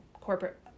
corporate